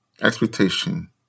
Expectation